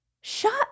shut